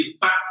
back